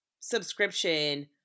Subscription